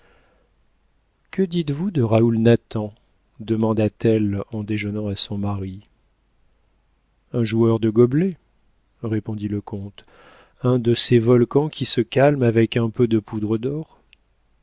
que dites-vous de raoul nathan demanda-t-elle en déjeunant à son mari un joueur de gobelets répondit le comte un de ces volcans qui se calment avec un peu de poudre d'or